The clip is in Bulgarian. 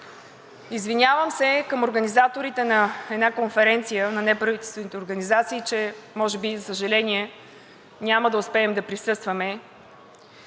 Извинявам се към организаторите на една конференция на неправителствените организации, че може би, за съжаление, няма да успеем да присъстваме,